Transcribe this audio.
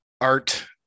art